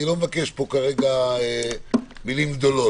אני לא מבקש פה כרגע מילים גדולות.